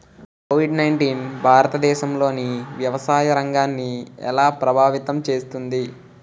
Covid nineteen భారతదేశంలోని వ్యవసాయ రంగాన్ని ఎలా ప్రభావితం చేస్తుంది?